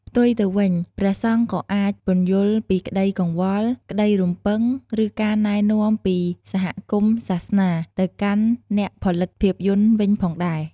ផ្ទុយទៅវិញ ព្រះសង្ឃក៏អាច ពន្យល់ពីក្តីកង្វល់ ក្តីរំពឹង ឬការណែនាំពីសហគមន៍សាសនា ទៅកាន់អ្នកផលិតភាពយន្តវិញផងដែរ។